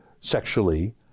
sexually